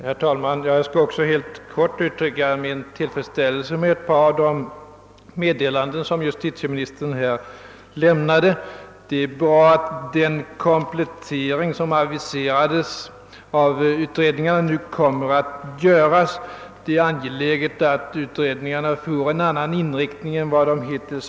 Herr talman! Jag vill helt kort uttala min tillfredsställelse över ett par av de meddelanden som justitieministern här lämnat. Det är bra att den komplettering av utredningarna som har aviserats nu kommer till stånd, och det är angeläget att utredningarna får en annan inrikt ning än de haft hittills.